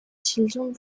children